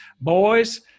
boys